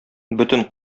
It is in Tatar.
бөтен